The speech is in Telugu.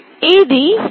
ఇది 21